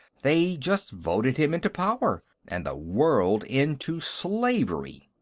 they just voted him into power, and the world into slavery.